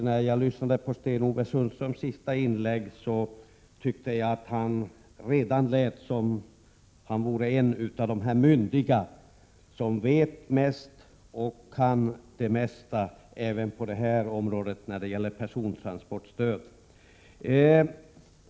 När jag lyssnade på Sten-Ove Sundströms senaste inlägg, tyckte jag att han redan lät som om han vore en av de myndiga som vet mest och kan det mesta även på det här området när det gäller persontransportstödet.